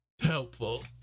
helpful